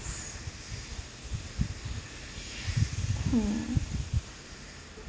mm